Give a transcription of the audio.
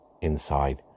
inside